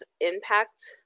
impact